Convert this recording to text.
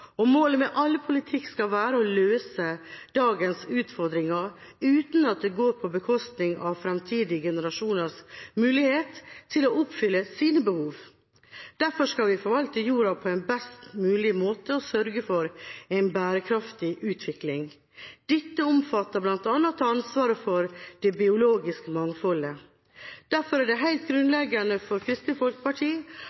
og målet med all politikk skal være å løse dagens utfordringer uten at det går på bekostning av fremtidige generasjoners mulighet til å oppfylle sine behov. Derfor skal vi forvalte jorda på en best mulig måte og sørge for en bærekraftig utvikling. Dette omfatter bl.a. å ta ansvaret for det biologiske mangfoldet. Derfor er det